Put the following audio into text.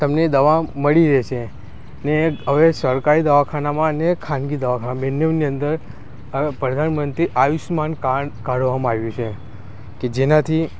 તમને દવા મળી રહેશે ને હેવે સરકારી દવાખાનામાં અને ખાનગી દવાખાનામાં બંનેની અંદર આ પ્રધાનમંત્રી આયુષ્યમાન કાર્ડ પણ કાઢવામાં આવ્યું છે કે જેનાથી